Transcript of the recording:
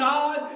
God